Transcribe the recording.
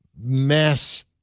mass